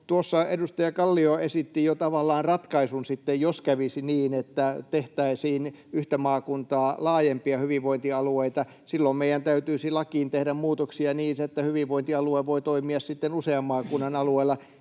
tuossa edustaja Kallio esitti jo tavallaan ratkaisun sitten, jos kävisi niin, että tehtäisiin yhtä maakuntaa laajempia hyvinvointialueita. Silloin meidän täytyisi lakiin tehdään muutoksia niin, että hyvinvointialue voi toimia sitten usean maakunnan alueella,